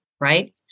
right